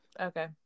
okay